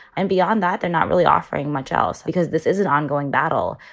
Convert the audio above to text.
and beyond that, they're not really offering much else because this is an ongoing battle.